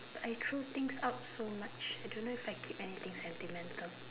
I threw things out so much I don't know if I keep anything sentimental